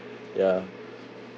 ya